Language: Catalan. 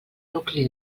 nucli